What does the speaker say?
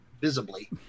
visibly